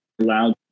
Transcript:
Allowed